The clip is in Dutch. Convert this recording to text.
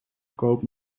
koopt